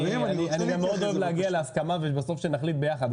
אני גם אוהב מאוד להגיע להסכמה, שבסוף נחליט ביחד.